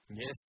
Yes